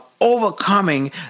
overcoming